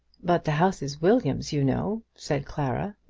but the house is william's, you know, said clara.